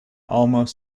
almost